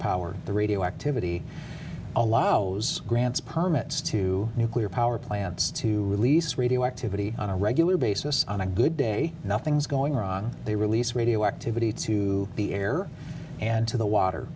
power the radioactivity allow those grants permits to nuclear power plants to release radioactivity on a regular basis on a good day nothing's going wrong they release radioactivity to the air and to the water